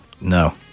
No